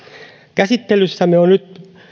käsittelyssämme on nyt